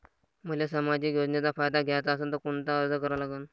मले सामाजिक योजनेचा फायदा घ्याचा असन त कोनता अर्ज करा लागन?